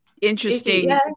interesting